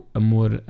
amor